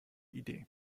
idee